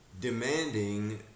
demanding